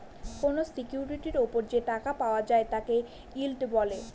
কোনো সিকিউরিটির ওপর যে টাকা পাওয়া যায় তাকে ইল্ড বলে